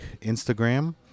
Instagram